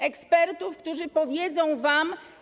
Ekspertów, którzy powiedzą wam.